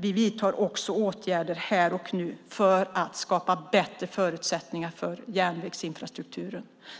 vidtar vi åtgärder här och nu för att skapa bättre förutsättningar för järnvägsinfrastrukturen.